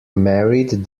married